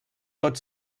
tot